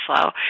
flow